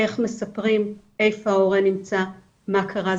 איך מספרים איפה ההורה נמצא, מה קרה.